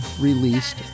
released